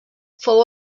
fou